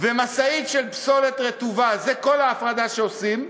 ומשאית של פסולת רטובה, זו כל ההפרדה שעושים,